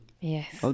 yes